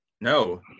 no